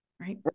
Right